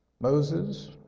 Moses